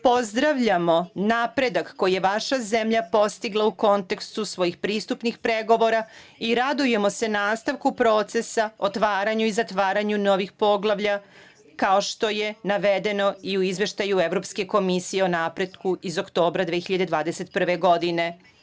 Pozdravljamo napredak koji je vaša zemlja postigla u kontekstu svojih pristupnih pregovora i radujemo se nastavku procesa, otvaranju i zatvaranju novih poglavlja, kao što je navedeno i u izveštaju Evropske komisije o napretku, iz oktobra 2021. godine.